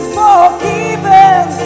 forgiven